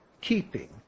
keeping